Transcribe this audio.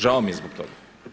Žao mi je zbog toga.